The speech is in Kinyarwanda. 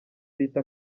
bita